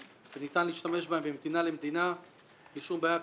שניתן להשתמש בהם בכל מדינה ומדינה בלי שום בעיה.